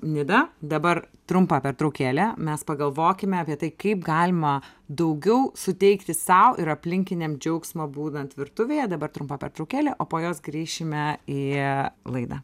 nida dabar trumpą pertraukėlę mes pagalvokime apie tai kaip galima daugiau suteikti sau ir aplinkiniam džiaugsmą būnant virtuvėje dabar trumpa pertraukėlė o po jos grįšime į laidą